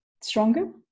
stronger